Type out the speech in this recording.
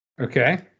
Okay